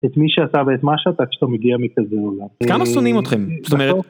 את מי שעשה ואת מה שעשה כשאתה מגיע מכזה עולם. כמה שונאים אתכם? זאת אומרת...